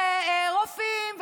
ורופאים,